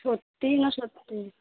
সত্যি না সত্যি